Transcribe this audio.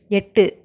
எட்டு